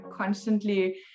constantly